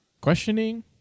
Questioning